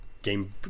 game